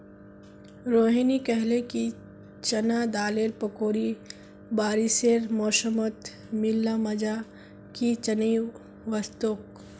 रोहिनी कहले कि चना दालेर पकौड़ी बारिशेर मौसमत मिल ल मजा कि चनई वस तोक